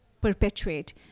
perpetuate